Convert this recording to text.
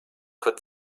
could